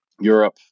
Europe